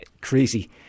Crazy